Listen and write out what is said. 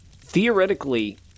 theoretically